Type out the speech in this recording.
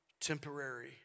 temporary